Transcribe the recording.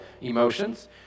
emotions